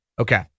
Okay